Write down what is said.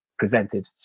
presented